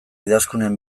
idazkunen